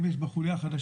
אם יש בה חוליה חלשה,